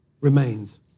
remains